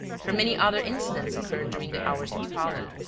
for many other incidents occurred during the hours that followed,